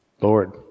Lord